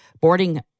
boarding